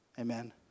Amen